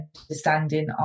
understanding